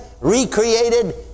recreated